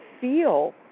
feel